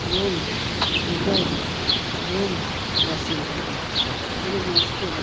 Rome Dubai Rome Washington Moscow